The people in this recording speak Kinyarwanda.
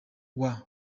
miguna